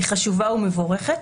היא חשובה ומבורכת.